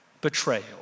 betrayal